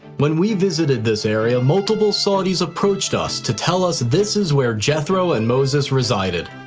when we visited this area, multiple saudis approached us to tell us this is where jethro and moses resided.